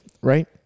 right